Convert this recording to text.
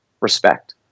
respect